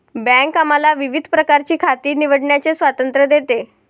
bank आम्हाला विविध प्रकारची खाती निवडण्याचे स्वातंत्र्य देते